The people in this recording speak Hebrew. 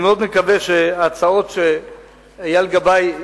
אני מאוד מקווה שההצעות שאייל גבאי,